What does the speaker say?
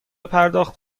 پرداخت